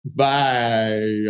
bye